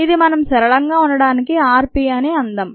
ఇది మనం సరళంగా ఉండటానికి r P అని అందాం